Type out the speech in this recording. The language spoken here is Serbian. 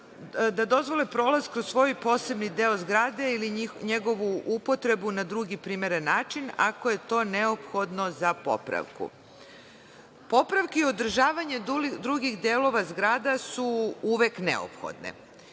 da dozvole prolaz kroz svoj posebni deo zgrade ili njegovu upotrebu na drugi primeren način, ako je to neophodno za popravku. Popravke i održavanja drugih delova zgrada su uvek neophodne.